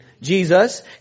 Jesus